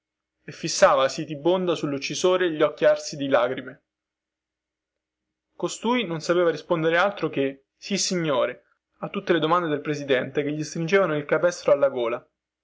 e fissava sitibonda sulluccisore gli occhi arsi di lagrime costui non sapeva risponder altro che sissignore a tutte le domande del presidente che gli stringevano il capestro alla gola